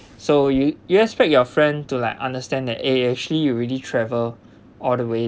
so you you expect your friend to like understand that eh actually you already travel all the way